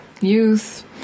youth